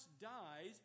dies